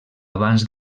abans